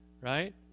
right